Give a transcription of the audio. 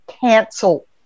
cancel